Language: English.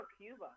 Cuba